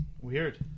Weird